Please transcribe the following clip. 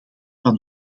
van